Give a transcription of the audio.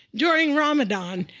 during ramadan,